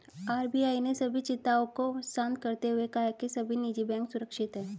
RBI ने सभी चिंताओं को शांत करते हुए कहा है कि सभी निजी बैंक सुरक्षित हैं